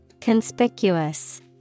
Conspicuous